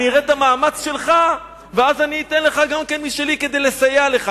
אני אראה את המאמץ שלך ואז אני אתן לך גם משלי כדי לסייע לך,